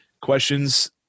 Questions